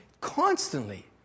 constantly